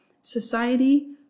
society